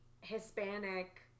Hispanic